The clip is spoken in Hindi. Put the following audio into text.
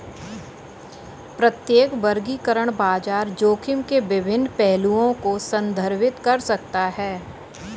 प्रत्येक वर्गीकरण बाजार जोखिम के विभिन्न पहलुओं को संदर्भित कर सकता है